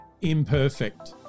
imperfect